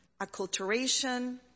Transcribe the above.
acculturation